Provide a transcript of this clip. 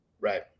right